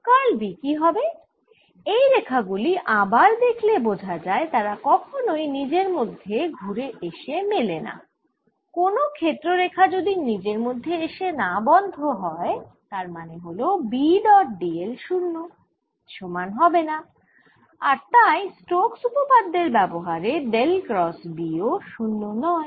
curl B কি হবে এই রেখা গুলি আবার দেখলে বোঝা যায় তারা কখনোই নিজের মধ্যে ঘুরে এসে মেলে না কোন ক্ষেত্র রেখা যদি নিজের মধ্যে এসে না বন্ধ হয় তার মানে হল B ডট d l 0 এর সমান হবেনা আর তাই স্টোক্স উপপাদ্যের ব্যবহারে ডেল ক্রস B ও 0 নয়